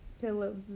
Pillows